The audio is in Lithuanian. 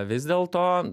vis dėlto